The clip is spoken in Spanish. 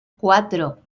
cuatro